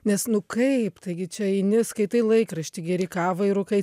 nes nu kaip taigi čia eini skaitai laikraštį geri kavą ir rūkai